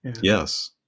yes